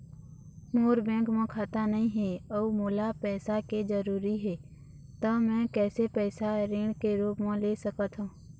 मोर bank म खाता नई हे अउ मोला पैसा के जरूरी हे त मे कैसे पैसा ऋण के रूप म ले सकत हो?